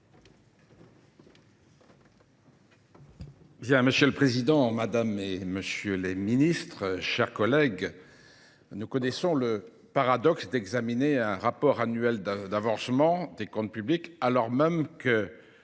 Bien, monsieur le Président, madame et monsieur les ministres, chers collègues, Nous connaissons le paradoxe d'examiner un rapport annuel d'avancement des comptes publics alors même que